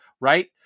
right